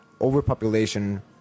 overpopulation